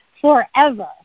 forever